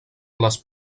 les